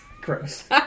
Gross